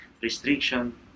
restriction